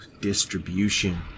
Distribution